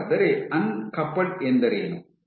ಹಾಗಾದರೆ ಅಂಕಪಲ್ಡ್ ಎಂದರೇನು